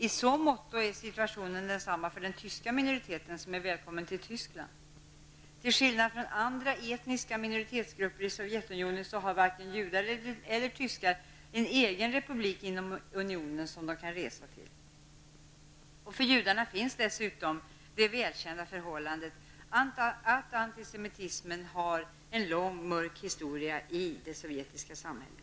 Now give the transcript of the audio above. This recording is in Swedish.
I så måtto är situationen densamma för den tyska minoriteten, som är välkommen till Tyskland. Till skillnad från andra etniska minoritetsgrupper i Sovjetunionen har varken judar eller tyskar en egen republik inom unionen som de kan resa hem till. För judarna finns dessutom det välkända förhållandet att antisemitismen har en lång, mörk historia i det sovjetiska samhället.